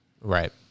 Right